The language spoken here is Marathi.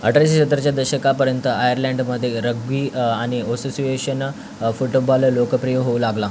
अठराशे सत्तरच्या दशकापर्यंत आयरलँडमध्ये रग्बी आणि ऑसोसिएशन फुटबॉल लोकप्रिय होऊ लागला